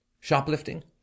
shoplifting